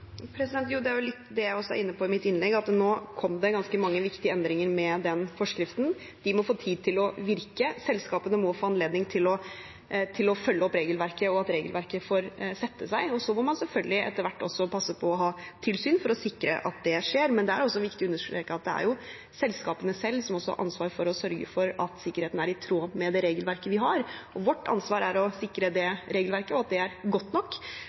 ganske mange viktige endringer med den forskriften, og at de må få tid til å virke. Selskapene må få anledning til å følge opp regelverket, og regelverket må få sette seg. Så må man selvfølgelig etter hvert passe på å ha tilsyn for å sikre at det skjer. Men det er også viktig å understreke at det er selskapene selv som har ansvar for å sørge for at sikkerheten er i tråd med det regelverket vi har. Vårt ansvar er å sikre det regelverket og at det er godt nok.